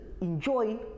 enjoy